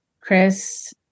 Chris